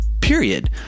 period